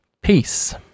Peace